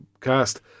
cast